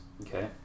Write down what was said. Okay